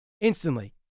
instantly